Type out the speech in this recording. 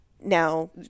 Now